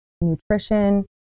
nutrition